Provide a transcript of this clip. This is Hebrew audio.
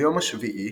ביום השביעי